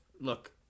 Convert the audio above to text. look